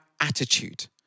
attitude